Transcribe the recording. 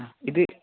ആ ഇത്